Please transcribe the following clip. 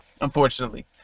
unfortunately